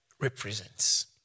represents